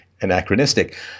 anachronistic